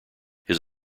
his